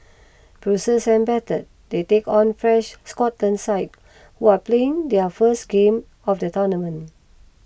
bruised and battered they take on fresh Scotland side who are playing their first game of the tournament